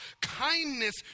kindness